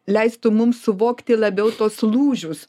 leistų mums suvokti labiau tuos lūžius